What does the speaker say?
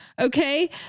Okay